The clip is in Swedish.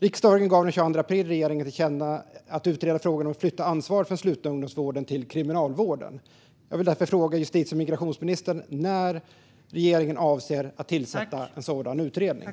Riksdagen gav den 22 april regeringen ett tillkännagivande om att utreda frågan om att flytta ansvaret för den slutna ungdomsvården till Kriminalvården. Jag vill därför fråga justitie och migrationsministern när regeringen avser att tillsätta en sådan utredning.